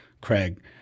Craig